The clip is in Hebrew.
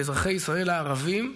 באזרחי ישראל הערבים,